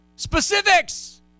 specifics